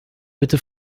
bitte